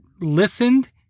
listened